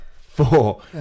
Four